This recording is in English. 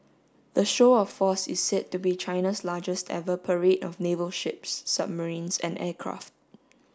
the show of force is said to be China's largest ever parade of naval ships submarines and aircraft